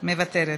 מוותרת,